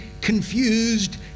confused